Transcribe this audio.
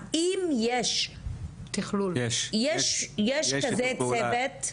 האם יש כזה צוות?